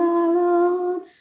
alone